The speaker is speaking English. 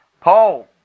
Paul